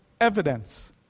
evidence